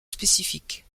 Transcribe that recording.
spécifique